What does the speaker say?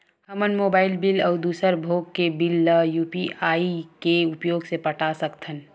हमन mobile bill अउ दूसर भोग के बिल ला यू.पी.आई के उपयोग से पटा सकथन